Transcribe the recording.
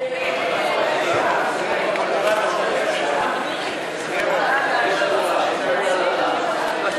הצעת סיעת העבודה להביע אי-אמון בממשלה לא נתקבלה.